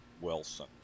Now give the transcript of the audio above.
Wilson